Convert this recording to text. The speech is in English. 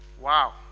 Wow